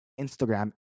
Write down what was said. Instagram